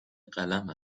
قلم